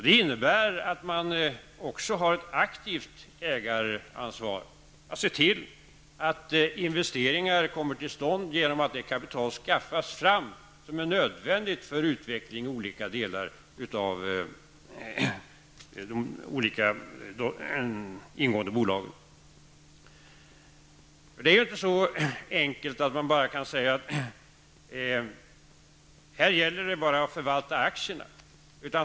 Det innebär också att man har ett aktivt ägaransvar för att se till att investeringar kommer till stånd genom att man skaffar fram det kapital som är nödvändigt för utveckling i olika delar av de ingående bolagen. Uppgiften är inte så enkel att det bara gäller att förvalta aktierna.